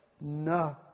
No